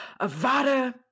Avada